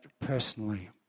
personally